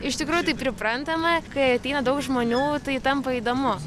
iš tikrųjų taip priprantama kai ateina daug žmonių tai tampa įdomu